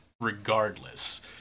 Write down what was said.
regardless